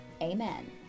Amen